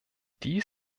dies